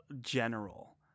General